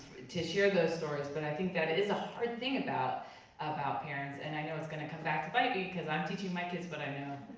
to share those stories, but i think that is a hard thing about about parents. and i know it's gonna come back to bite me, cause i'm teaching my kids what but i know.